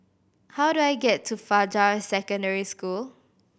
how do I get to Fajar Secondary School